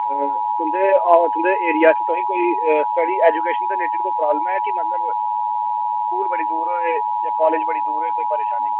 तुं'दे तुं'दे एरिया च तुसेंगी कोई स्टडी एजुकेशन दे रिलेटिड कोई प्रॉबलम ऐ कि जेह्की मतलब स्कूल बड़ी दूर होए या कालेज बड़ी दूर होए कोई परेशानी